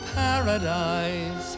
paradise